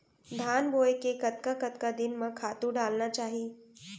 धान बोए के कतका कतका दिन म खातू डालना चाही?